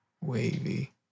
wavy